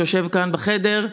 שיושב כאן בחדר,